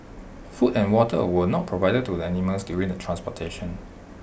food and water were not provided to the animals during the transportation